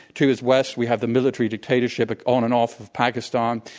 to his west we have the military dictatorship on and off of pakistan,